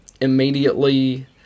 immediately